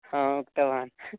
हा उक्तवान्